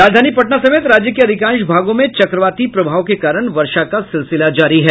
राजधानी पटना समेत राज्य के अधिकांश भागों में चक्रवाती प्रभाव के कारण वर्षा का सिलसिला जारी है